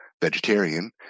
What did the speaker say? vegetarian